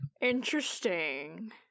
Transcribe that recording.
Interesting